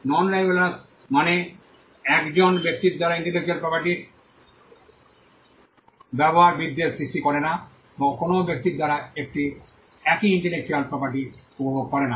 নন rivalrous মানে 1 জন ব্যক্তির দ্বারা ইন্টেলেকচুয়াল প্রপার্টির ব্যবহার বিদ্বেষ সৃষ্টি করে না বা অন্য কোনও ব্যক্তির দ্বারা একই ইন্টেলেকচুয়াল প্রপার্টি intellectual property উপভোগ করে না